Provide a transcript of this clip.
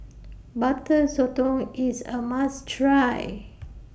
Butter Sotong IS A must Try